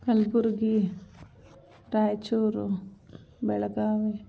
Kalaburagi Raichur Belagavi